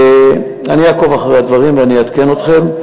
אני אעקוב אחרי הדברים ואני אעדכן אתכם.